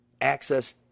access